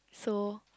so